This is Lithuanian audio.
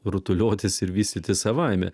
rutuliotis ir vystytis savaime